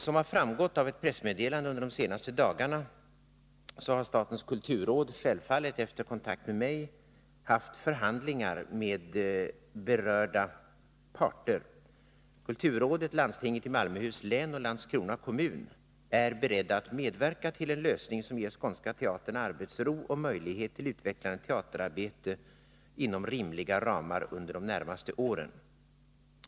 Som har framgått av ett pressmeddelande under de senaste dagarna har statens kulturråd, självfallet efter kontakt med mig, haft förhandlingar med berörda parter. Kulturrådet, landstinget i Malmöhus län och Landskrona kommun är beredda att medverka till en lösning som ger Skånska Teatern arbetsro och möjlighet till utvecklande teaterarbete inom rimliga ramar under de närmaste åren.